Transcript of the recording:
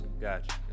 gotcha